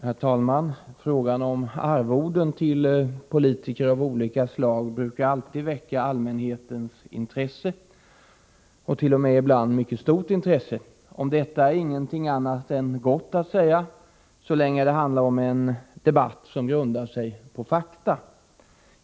Herr talman! Frågan om arvoden till politiker av olika slag brukar alltid väcka allmänhetens intresse, ibland t.o.m. mycket stort intresse. Om detta är ingenting annat än gott att säga, så länge det handlar om en debatt som grundar sig på fakta.